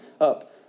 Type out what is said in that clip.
up